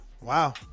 wow